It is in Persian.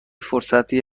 فرصتی